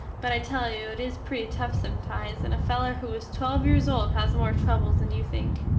but i tell you it is pretty tuf sometimes and a feler who is twelve yeres old has more trubbles than you think.